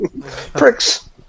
Pricks